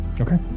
Okay